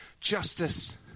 justice